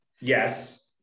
Yes